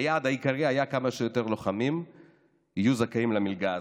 היעד העיקרי היה שכמה שיותר לוחמים יהיו זכאים למלגה הזאת.